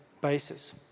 basis